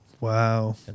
Wow